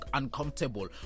uncomfortable